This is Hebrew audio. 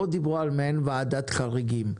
פה דיברו על מעין ועדת חריגים,